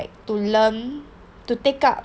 to learn to take up